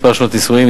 מספר שנות נישואין,